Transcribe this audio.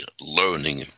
learning